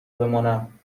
بمانم